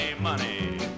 money